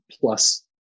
plus